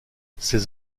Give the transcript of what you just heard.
ses